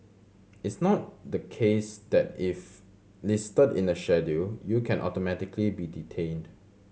it's not the case that if listed in the Schedule you can automatically be detained